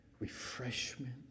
refreshment